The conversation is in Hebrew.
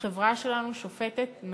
החברה שלנו שופטת נשים,